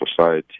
society